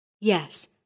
Yes